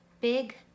big